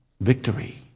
victory